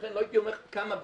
לכן לא הייתי אומר כמה בעיתון,